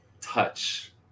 touch